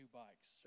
bikes